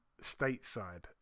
stateside